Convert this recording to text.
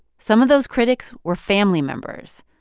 some of those critics were family members.